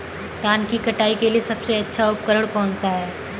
धान की कटाई के लिए सबसे अच्छा उपकरण कौन सा है?